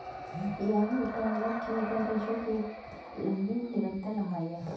yarn interlock किए गए रेशों की एक लंबी निरंतर लंबाई है